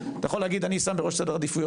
אתה יכול להגיד אני שם בראש סדר העדיפויות